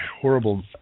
horrible